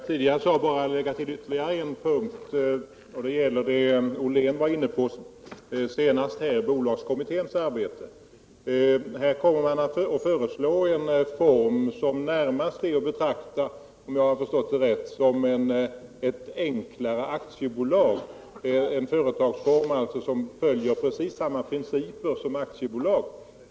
Herr talman! Jag vill i anslutning till vad jag tidigare sade lägga till ytterligare en sak, och det gäller bolagskommitténs:arbete, som Joakim Ollén nu var inne på. Bolagskommittén kommer att föreslå en företagsform som, om jag uppfattat saken rätt, närmast är att betrakta som ett enklare aktiebolag. Det skulle innebära en företagsform som följer precis samma principer som gäller för ett aktiebolag.